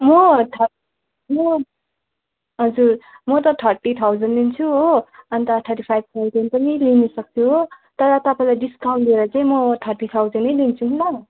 म म हजुर म त थर्टी थाउजन लिन्छु हो अन्त थर्टी फाइभ थाउजन नि लिनुसक्छु हो तर तपाईँलाई डिस्काउन्ट दिएर चाहिँ म थर्टी थाउजन नै लिन्छु नि ल